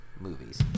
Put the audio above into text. movies